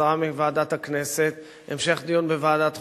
חזרה מוועדת הכנסת, המשך דיון בוועדת חוקה,